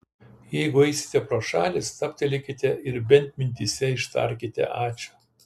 jeigu eisite pro šalį stabtelėkite ir bent mintyse ištarkite ačiū